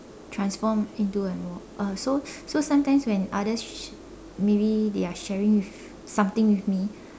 transform into a wall uh so so sometimes when others sh~ maybe they are sharing with something with me